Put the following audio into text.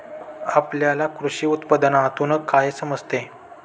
आपल्याला कृषी उत्पादनातून काय समजते?